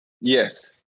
Yes